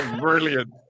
brilliant